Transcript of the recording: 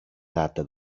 data